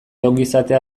ongizatea